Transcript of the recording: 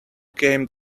game